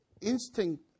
instinct